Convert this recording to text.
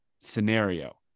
scenario